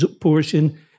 portion